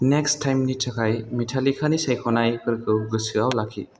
next टाइमनि थाखाय मेटालिकानि सायख'नायफोरखौ गोसोआव लाखि